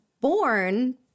born